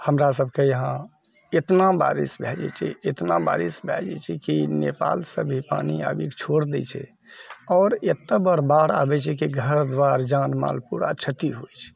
हमरा सभके इहाँ एतना बारिश भै जाइत छै एतना बारिश भै जाइत छै कि नेपालसँ भी पानी आबिकऽ छोड़ दैत छै आओर एतय बार बाढ़ि अबैत छियै कि घरद्वार जान माल पूरा क्षति होइत छै